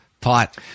pot